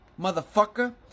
motherfucker